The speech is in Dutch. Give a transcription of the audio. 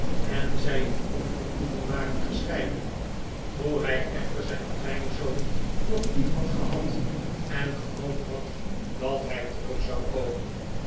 en zij in ongenoegen waren gescheiden hoe hij echter zijn kleinzoon nog lief had gehad en gehoopt had dat hij terug zou komen